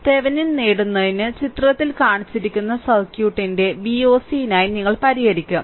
Thevenin നേടുന്നതിന് ചിത്രത്തിൽ കാണിച്ചിരിക്കുന്ന സർക്യൂട്ടിന്റെ Voc നായി നിങ്ങൾ പരിഹരിക്കും